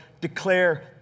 declare